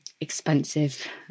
Expensive